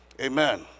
Amen